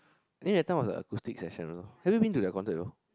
I think that time was a acoustic session also have you been to their concert before